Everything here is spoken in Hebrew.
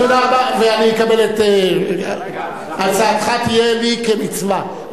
אני אקבל את הצעתך, תהיה לי כמצווה.